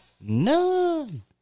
None